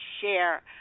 share